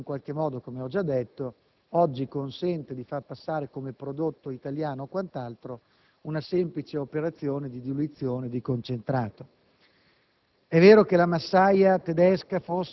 riprendere la normativa sulla passata di pomodoro che, come ho già detto, oggi consente di far passare come prodotto italiano una semplice operazione di diluizione di concentrato.